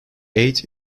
eight